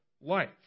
life